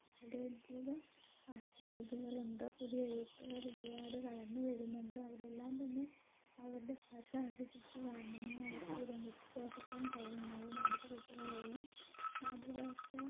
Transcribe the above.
വളരെയധികം സാഹിത്യ കൃതികളുണ്ട് പുതിയ എഴുത്തുകാർ ഒരുപാട് കടന്നുവരുന്നുണ്ട് അവരെല്ലാം തന്നെ അവരുടെ ഭാഷ അഭിരുചി കാരണമാണ് അവർക്ക് ഈ രംഗത്ത് ശോഭിക്കാൻ കഴിയുന്നത് നമ്മുടെ കുട്ടികളെയും മാതൃഭാഷ